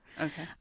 Okay